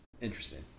Interesting